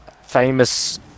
famous